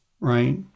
Right